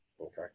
Okay